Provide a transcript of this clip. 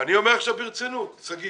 אני אומר עכשיו ברצינות שאני מציע